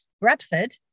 Bradford